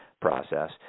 process